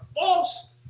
false